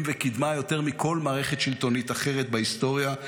וקידמה יותר מכל מערכת שלטונית אחרת בהיסטוריה,